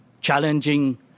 challenging